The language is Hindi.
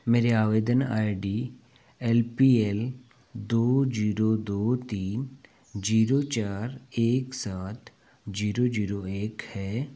मेरे आवेदन I D L P L दो जीरो दो तीन जीरो चार एक सात जीरो जीरो एक है